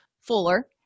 fuller